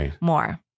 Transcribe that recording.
more